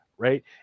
Right